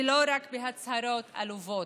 ולא רק הצהרות עלובות.